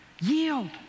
yield